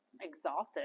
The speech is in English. Exalted